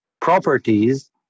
properties